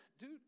dude